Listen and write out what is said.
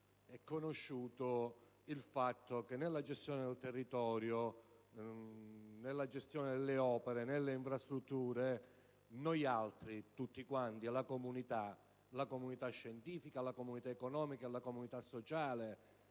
È conosciuto il fatto che, nella gestione del territorio, nella gestione delle opere e nelle infrastrutture, tutti noi - la comunità scientifica, la comunità economica e la comunità sociale